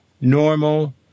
normal